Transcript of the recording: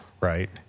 right